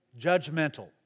judgmental